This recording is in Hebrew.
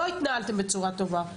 לא התנהלתם בצורה טובה.